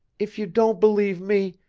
if you don't believe me,